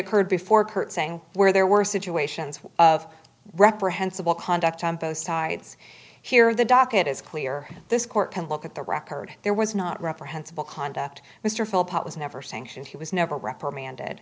occurred before curtseying where there were situations of reprehensible conduct on post sides here the docket is clear this court can look at the record there was not reprehensible conduct mr phelps was never sanctioned he was never reprimanded